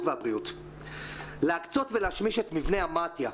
והבריאות להקצות ולהשמיש את מבנה המתי"א,